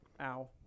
Ow